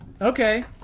Okay